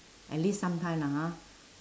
at least some time lah ha